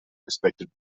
respected